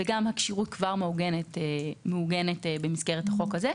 והכשירות גם מעוגנת במסגרת החוק הזה.